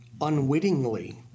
unwittingly